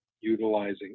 utilizing